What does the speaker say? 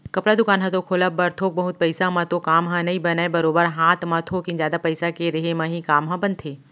कपड़ा दुकान ह खोलब बर थोक बहुत पइसा म तो काम ह नइ बनय बरोबर हात म थोकिन जादा पइसा के रेहे म ही काम ह बनथे